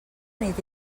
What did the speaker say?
nit